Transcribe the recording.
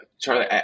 Charlie